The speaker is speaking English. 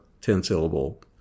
ten-syllable